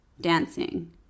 Dancing